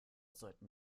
sollten